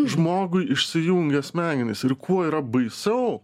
žmogui išsijungia smegenys ir kuo yra baisiau